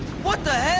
what the